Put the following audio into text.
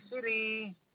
city